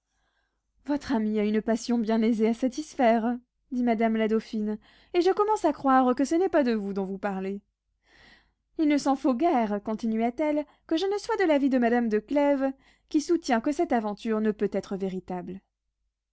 votre ami a une passion bien aisée à satisfaire dit madame la dauphine et je commence à croire que ce n'est pas de vous dont vous parlez il ne s'en faut guère continua-t-elle que je ne sois de l'avis de madame de clèves qui soutient que cette aventure ne peut être véritable